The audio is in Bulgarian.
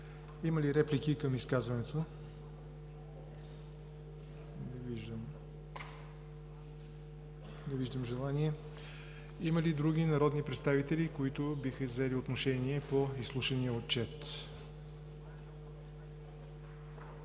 Има ли реплики към изказването? Не виждам желание. Има ли други народни представители, които биха взели отношение по изслушания Отчет?